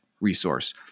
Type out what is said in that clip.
resource